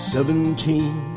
Seventeen